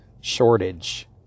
shortage